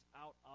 out